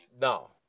No